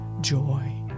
joy